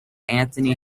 anthony